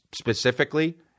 specifically